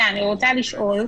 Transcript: אני רוצה לשאול: